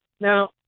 Now